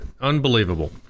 unbelievable